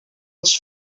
els